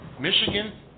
Michigan